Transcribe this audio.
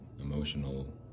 emotional